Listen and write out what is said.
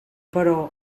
però